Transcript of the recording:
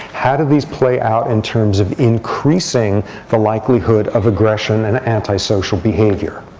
how do these play out in terms of increasing the likelihood of aggression and antisocial behavior?